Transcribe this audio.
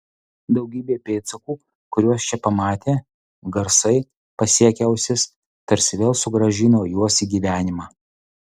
daugybė pėdsakų kuriuos čia pamatė garsai pasiekę ausis tarsi vėl sugrąžino juos į gyvenimą